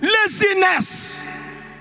Laziness